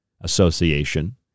association